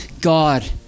God